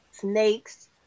snakes